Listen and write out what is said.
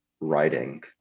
writing